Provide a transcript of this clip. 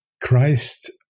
Christ